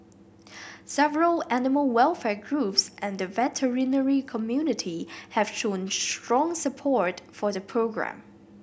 several animal welfare groups and the veterinary community have shown strong support for the programme